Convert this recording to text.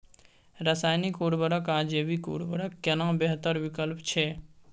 रसायनिक उर्वरक आ जैविक उर्वरक केना बेहतर विकल्प छै?